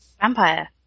Vampire